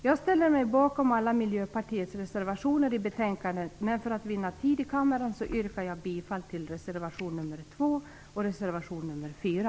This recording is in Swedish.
Jag ställer mig bakom alla Miljöpartiets reservationer till betänkandet, men för att vinna tid i kammaren yrkar jag endast bifall till reservationer nr 2 och reservation nr 4.